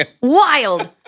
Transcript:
Wild